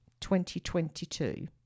2022